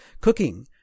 Cooking